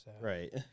Right